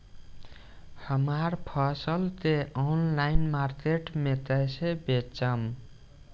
हमार फसल के ऑनलाइन मार्केट मे कैसे बेचम?